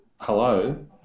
Hello